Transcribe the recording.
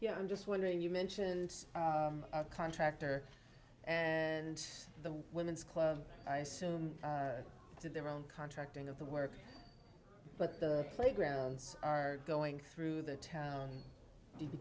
yeah i'm just wondering you mentioned it's a contractor and the women's club i assume did their own contracting of the work but the playgrounds are going through the town